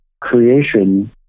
creation